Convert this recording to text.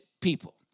people